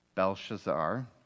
Belshazzar